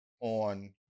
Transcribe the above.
on